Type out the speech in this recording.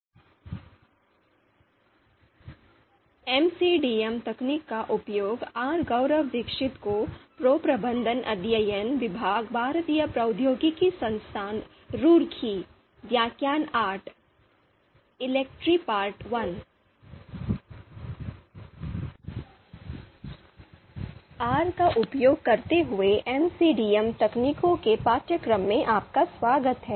R का उपयोग करते हुएMCDMतकनीकों के पाठ्यक्रम में आपका स्वागत है